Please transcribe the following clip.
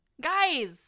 Guys